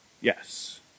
Yes